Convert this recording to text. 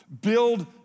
build